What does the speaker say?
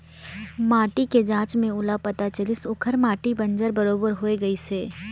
माटी के जांच में ओला पता चलिस ओखर माटी बंजर बरोबर होए गईस हे